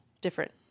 different